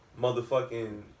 Motherfucking